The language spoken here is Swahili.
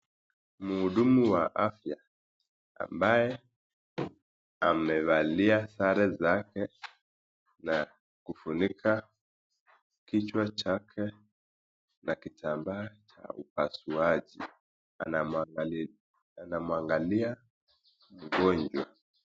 Mhudumu wa afya ambaye amevalia sare zake na kufunika kichwa chake na kitambaa cha upasuaji anamwangalia mgonjwa.